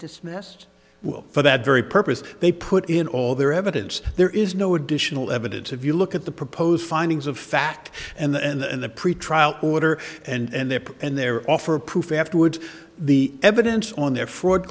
dismissed for that very purpose they put in all their evidence there is no additional evidence if you look at the proposed findings of fact and the pretrial order and their and their offer proof afterwards the evidence on their fraud